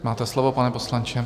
Máte slovo, pane poslanče.